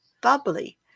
bubbly